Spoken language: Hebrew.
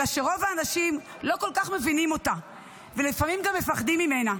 אלא שרוב האנשים לא כל כך מבינים אותה ולפעמים גם מפחדים ממנה.